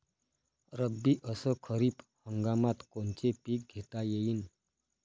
रब्बी अस खरीप हंगामात कोनचे पिकं घेता येईन?